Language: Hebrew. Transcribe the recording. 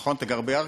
נכון, אתה גר בירכא?